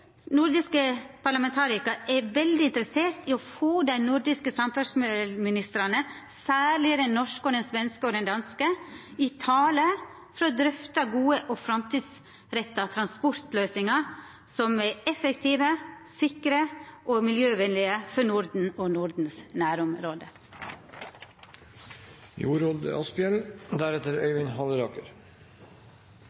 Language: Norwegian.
nordiske regjeringssamarbeidet: Nordiske parlamentarikarar er veldig interesserte i å få dei nordiske samferdselsministrane – særleg den norske, den svenske og den danske – i tale for å drøfta gode og framtidsretta transportløysingar som er effektive, sikre og miljøvennlege for Norden og Nordens